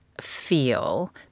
Feel